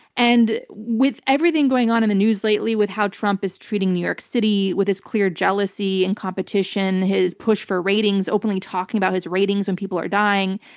and with everything going on in the news lately with how trump is treating new york city, with his clear jealousy and competition, his push for ratings, openly talking about his ratings when people are dying,